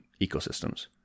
ecosystems